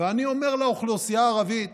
ואני אומר לאוכלוסייה הערבית: